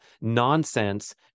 nonsense